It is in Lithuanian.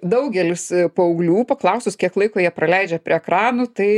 daugelis paauglių paklausus kiek laiko jie praleidžia prie ekranų tai